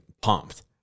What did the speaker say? pumped